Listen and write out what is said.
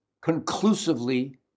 conclusively